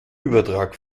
übertrag